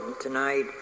tonight